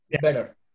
Better